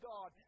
God